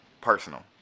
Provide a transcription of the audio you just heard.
personal